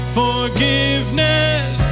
forgiveness